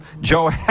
Joe